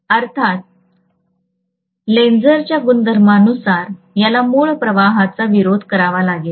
अर्थात लेन्झच्या गुणधर्मांनुसार याला मूळ प्रवाहाचा विरोध करावा लागेल